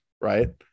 right